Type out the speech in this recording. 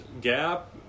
gap